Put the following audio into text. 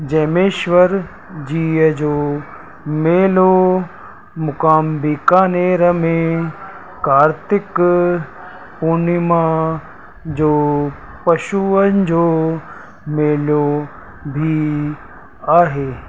जैंमेश्वर जीअ जो मेलो मुक़ाम बीकानेर में कार्तिक पूर्निमा जो पशुअनि जो मेलो बि आहे